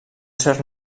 cert